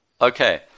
Okay